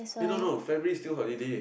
eh no no February is still holiday